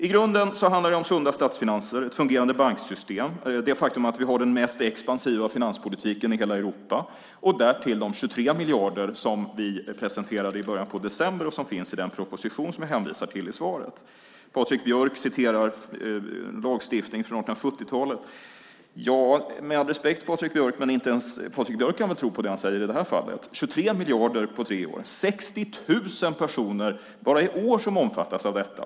I grunden handlar det om sunda statsfinanser, ett fungerande banksystem, det faktum att vi har den mest expansiva finanspolitiken i hela Europa och därtill de 23 miljarder som vi presenterade i början av december och som finns i den proposition som jag hänvisade till i svaret. Patrik Björck citerar lagstiftning från 1870-talet. Med all respekt Patrik Björck, men inte ens Patrik Björck kan väl tro på det han säger i det här fallet? Det är 23 miljarder på tre år. Det är 60 000 personer bara i år som omfattas av detta.